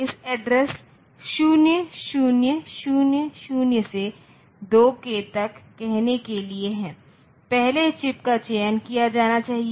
इस एड्रेस 0000 से 2k तक कहने के लिए है पहले चिप का चयन किया जाना चाहिए